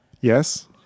Yes